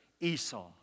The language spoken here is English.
Esau